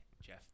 Jeff